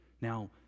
Now